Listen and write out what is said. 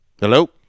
Hello